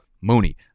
mooney